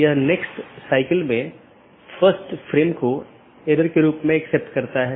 इसलिए दूरस्थ सहकर्मी से जुड़ी राउटिंग टेबल प्रविष्टियाँ अंत में अवैध घोषित करके अन्य साथियों को सूचित किया जाता है